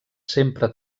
sempre